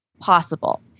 possible